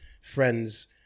friend's